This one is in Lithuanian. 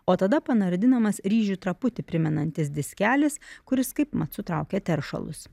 o tada panardinamas ryžių traputį primenantis diskelis kuris kaipmat sutraukia teršalus